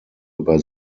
über